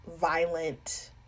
violent